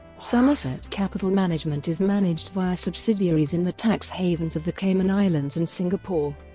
somerset capital management is managed via subsidiaries in the tax havens of the cayman islands and singapore.